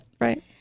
right